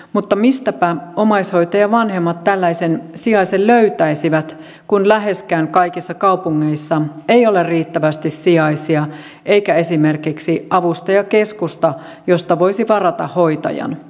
mutta mistäpä omaishoitajavanhemmat tällaisen sijaisen löytäisivät kun läheskään kaikissa kaupungeissa ei ole riittävästi sijaisia eikä esimerkiksi avustajakeskusta josta voisi varata hoitajan